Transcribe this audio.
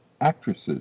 actresses